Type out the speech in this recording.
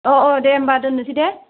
अ अ दे होनबा दोननोसै दे